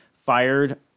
fired